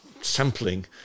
sampling